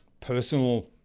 personal